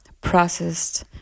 processed